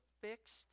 fixed